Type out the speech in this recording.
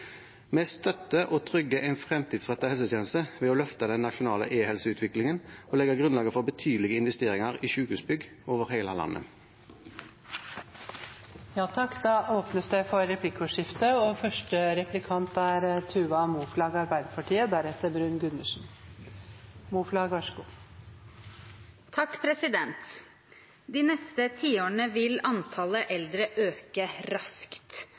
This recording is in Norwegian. og trygger en fremtidsrettet helsetjeneste ved å løfte den nasjonale e-helseutviklingen og legge grunnlaget for betydelige investeringer i sykehusbygg over hele landet. Det blir replikkordskifte. De neste tiårene vil antallet eldre øke raskt. Enkelt sagt kan vi si at det blir dobbelt så mange eldre i Norge, men veksten er enda sterkere blant de eldste eldre.